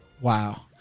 Wow